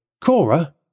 Cora